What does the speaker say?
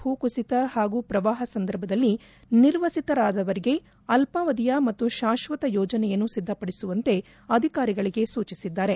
ಭೂ ಕುಸಿತ ಹಾಗೂ ಪ್ರವಾಹ ಸಂದರ್ಭದಲ್ಲಿ ನಿರ್ವಸಿತರಾದವರಿಗೆ ಅಲ್ವಾವಧಿಯ ಮತ್ತು ಶಾಶ್ವತ ಯೋಜನೆಯನ್ನು ಸಿದ್ದಪಡಿಸುವಂತೆ ಅಧಿಕಾರಿಗಳಿಗೆ ಸೂಚಿಸಿದ್ದಾರೆ